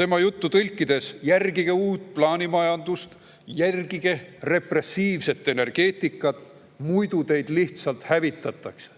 tema juttu võiks tõlkida nii, et järgige uut plaanimajandust, järgige repressiivset energeetikat, muidu teid lihtsalt hävitatakse.